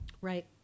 right